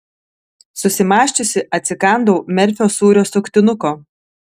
susimąsčiusi atsikandau merfio sūrio suktinuko